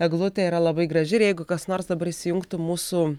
eglutė yra labai graži ir jeigu kas nors dabar įsijungtų mūsų